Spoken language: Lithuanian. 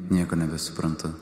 nieko nebesuprantu